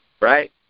Right